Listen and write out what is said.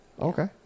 okay